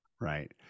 Right